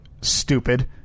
stupid